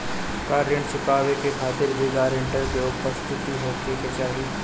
का ऋण चुकावे के खातिर भी ग्रानटर के उपस्थित होखे के चाही?